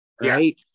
Right